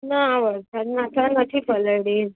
ના વરસાદમાં તો નથી પલળી